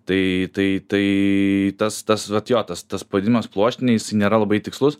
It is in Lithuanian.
tai tai tai tas tas vat jo tas tas pavadinimas pluoštinė jisai nėra labai tikslus